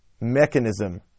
mechanism